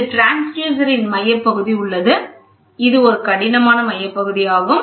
இங்கே டிரான்ஸ்யூசரின் மையப் பகுதி உள்ளது இது ஒரு கடினமான மையப்பகுதி ஆகும்